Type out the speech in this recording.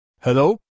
Hello